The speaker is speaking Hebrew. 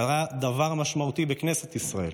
קרה דבר משמעותי בכנסת ישראל.